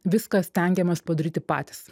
viską stengiamės padaryti patys